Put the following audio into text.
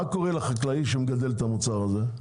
מה קורה לחקלאי שמגדל את המוצר הזה?